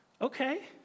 Okay